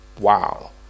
Wow